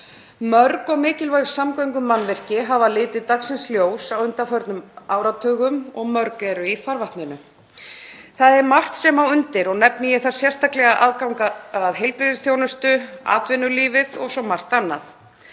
Mörg og mikilvæg samgöngumannvirki hafa litið dagsins ljós á undanförnum áratugum og mörg eru í farvatninu. Það er margt sem er undir og nefni ég þar sérstaklega aðgang að heilbrigðisþjónustu, atvinnulífið og svo margt annað.